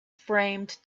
framed